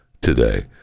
today